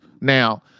now